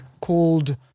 called